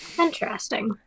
Interesting